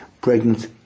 pregnant